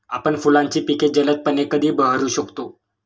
आपण फुलांची पिके जलदपणे कधी बहरू शकतो?